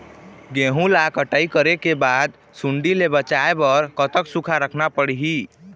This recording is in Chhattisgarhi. गेहूं ला कटाई करे बाद सुण्डी ले बचाए बर कतक सूखा रखना पड़ही?